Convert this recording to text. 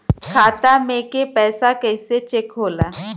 खाता में के पैसा कैसे चेक होला?